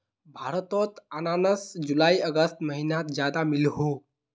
भारतोत अनानास जुलाई अगस्त महिनात ज्यादा मिलोह